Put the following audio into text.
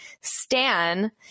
Stan